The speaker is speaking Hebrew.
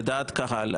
לדעת קהל,